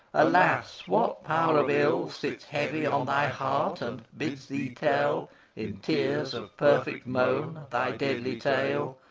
alas, what power of ill sits heavy on thy heart and bids thee tell in tears of perfect moan thy deadly tale?